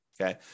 okay